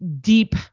deep